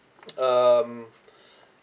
um